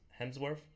Hemsworth